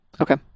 Okay